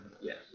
Yes